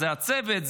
זה הצוות,